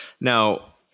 Now